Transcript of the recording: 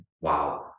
wow